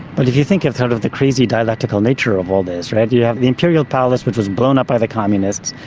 but if you think of sort of the crazy dialectical nature of all this, right, you have the imperial palace, which was blown up by the communists,